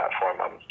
platform